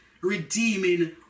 redeeming